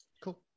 Cool